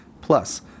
plus